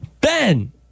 Ben